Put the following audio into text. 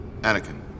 Anakin